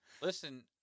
Listen